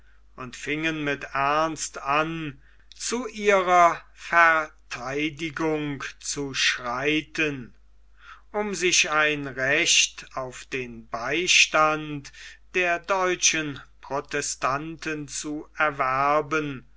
und fingen mit ernst an zu ihrer vertheidigung zu schreiten um sich ein recht auf den beistand der deutschen protestanten zu erwerben